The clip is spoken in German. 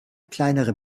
kleinere